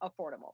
affordable